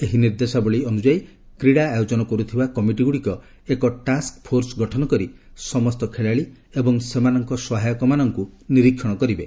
ଏହି ନିର୍ଦ୍ଦେଶାବଳୀ ଅନୁଯାୟୀ କ୍ରୀଡ଼ା ଆୟୋଜନ କରୁଥିବା କମିଟି ଗୁଡ଼ିକ ଏକ ଟାସ୍କ୍ ଫୋର୍ସ୍ ଗଠନ କରି ସମସ୍ତ ଖେଳାଳି ଏବଂ ସେମାନଙ୍କ ସହାୟକମାନଙ୍କୁ ନିରିକ୍ଷଣ କରିବେ